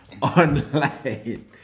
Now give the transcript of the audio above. online